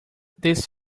this